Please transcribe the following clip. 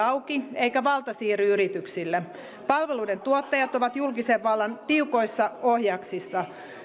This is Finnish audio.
auki eikä valta siirry yrityksille palveluiden tuottajat ovat julkisen vallan tiukoissa ohjaksissa